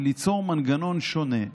היא ליצור מנגנון שונה.